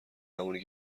همونی